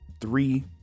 Three